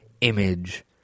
image